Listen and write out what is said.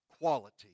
quality